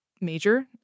major